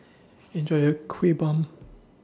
Enjoy your Kuih Bom